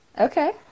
okay